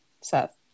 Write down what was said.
Seth